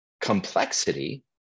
complexity